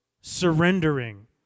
surrendering